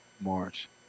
March